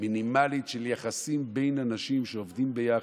מינימלית של יחסים בין אנשים שעובדים ביחד.